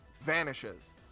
vanishes